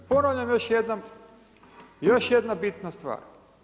Ponavljam još jednom, još jedna bitna stvar.